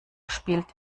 spielt